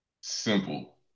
Simple